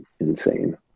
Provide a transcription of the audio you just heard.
insane